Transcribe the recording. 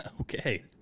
Okay